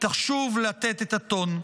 תשוב לתת את הטון.